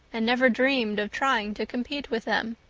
and never dreamed of trying to compete with them.